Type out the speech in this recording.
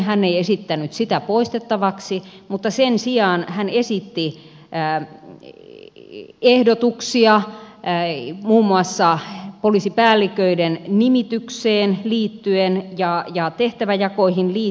hän ei esittänyt sitä poistettavaksi mutta sen sijaan hän esitti ehdotuksia muun muassa poliisipäälliköiden nimitykseen liittyen ja tehtäväjakoihin liittyen